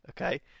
okay